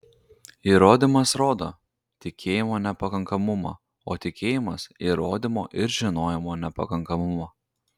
įrodymas rodo tikėjimo nepakankamumą o tikėjimas įrodymo ir žinojimo nepakankamumą